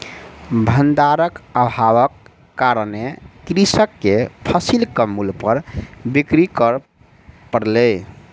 भण्डारक अभावक कारणेँ कृषक के फसिल कम मूल्य पर बिक्री कर पड़लै